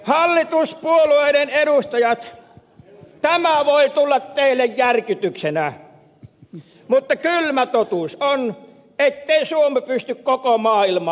hallituspuolueiden edustajat tämä voi tulla teille järkytyksenä mutta kylmä totuus on ettei suomi pysty koko maailmaa pelastamaan